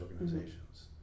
organizations